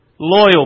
loyal